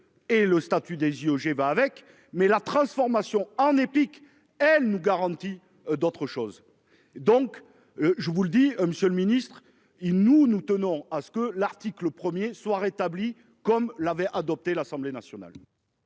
et le statut des IEG va avec mais la transformation en épique elle nous garantit d'autres choses, donc je vous le dis hein. Monsieur le Ministre, ils nous nous tenons à ce que l'article 1er soit rétablie. Comme l'avait adopté l'Assemblée nationale.